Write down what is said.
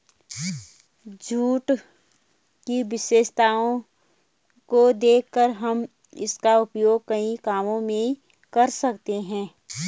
jute की विशेषताओं को देखकर हम इसका उपयोग कई कामों में कर सकते हैं